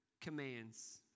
commands